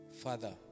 Father